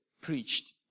preached